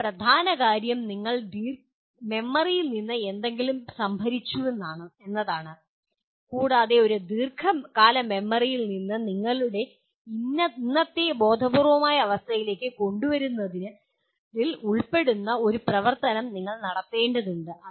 എന്നാൽ പ്രധാന കാര്യം നിങ്ങൾ മെമ്മറിയിൽ എന്തെങ്കിലും സംഭരിച്ചുവെന്നതാണ് കൂടാതെ ഒരു ദീർഘകാല മെമ്മറിയിൽ നിന്ന് നിങ്ങളുടെ ഇന്നത്തെ ബോധപൂർവമായ അവസ്ഥയിലേക്ക് കൊണ്ടുവരുന്നതിൽ ഉൾപ്പെടുന്ന ഒരു പ്രവർത്തനം നിങ്ങൾ നടത്തേണ്ടതുണ്ട്